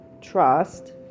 trust